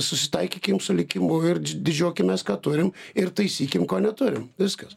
susitaikykim su likimu ir didžiuokimės ką turim ir taisykim ko neturim viskas